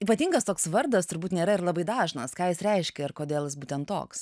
ypatingas toks vardas turbūt nėra ir labai dažnas ką jis reiškia ir kodėl jis būtent toks